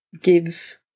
gives